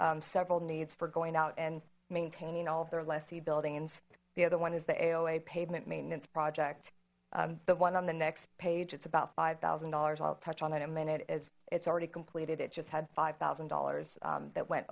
that's several needs for going out and maintaining all of their lessee building and the other one is the aoa pavement maintenance project the one on the next page it's about five thousand dollars i'll touch on in a minute it's it's already completed it just had five thousand dollars that went